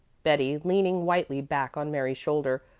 betty, leaning whitely back on mary's shoulder,